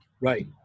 Right